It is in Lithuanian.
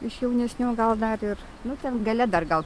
iš jaunesnių gal dar ir nu ten gale dar gal